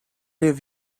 have